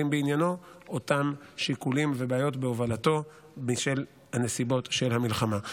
בעניינו אותם שיקולים ובעיות בהובלתו בשל נסיבות המלחמה.